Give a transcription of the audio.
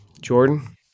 Jordan